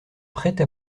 prête